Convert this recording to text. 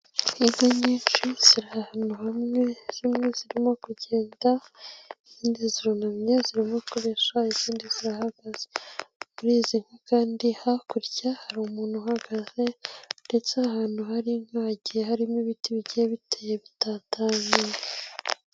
Inka nyinshi ziri ahantu hamwe zimwe zirimo kugenda, indi zirunamye zirarimo kurisha izindi zirahaga, muri izi nka kandi hakurya hari umuntu uhagaze ndetse ahantu hari inka hagiye harimo ibiti bike biteye bitataniyeye.